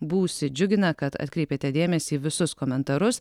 būsi džiugina kad atkreipiate dėmesį į visus komentarus